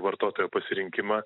vartotojo pasirinkimą